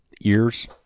ears